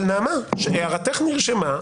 נעמה, הערתך נרשמה.